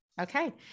Okay